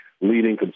leading